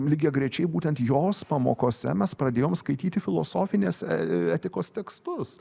lygiagrečiai būtent jos pamokose mes pradėjom skaityti filosofinės ee etikos tekstus